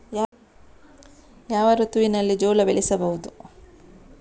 ಯಾವ ಋತುವಿನಲ್ಲಿ ಜೋಳ ಬೆಳೆಸಬಹುದು?